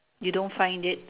you don't find it